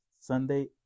Sunday